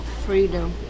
freedom